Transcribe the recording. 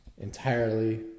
entirely